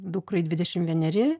dukrai dvidešim vieneri